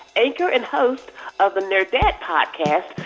anchor and host of the nerdette podcast,